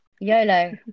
yolo